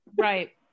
Right